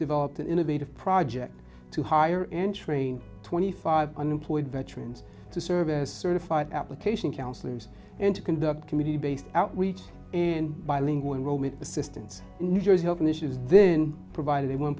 developed an innovative project to hire and train twenty five unemployed veterans to serve as certified application counselors and to conduct community based outreach and bilingual romit assistance new jersey open issues then provided a one